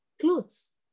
clothes